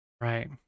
right